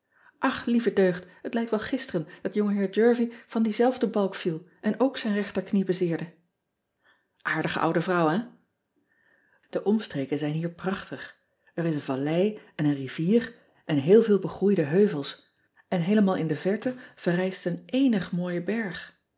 ch lieve deugd het lijkt wel gisteren dat ongeheer ervie van dienzelfden balk viel en ook zijn rechterknie bezeerde ardige oude vrouw hé e omstreken zijn hier prachtig r is een vallei en een rivier en heel veel begroeide heuvels en heelemaal in de verte verrijst een éénig mooie berg